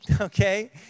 okay